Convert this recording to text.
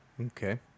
Okay